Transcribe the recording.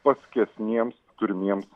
paskesniems turimiems